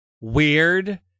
weird